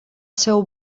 seu